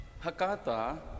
Hakata